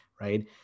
right